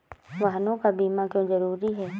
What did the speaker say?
वाहनों का बीमा क्यो जरूरी है?